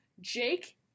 Jake